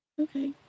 Okay